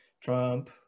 Trump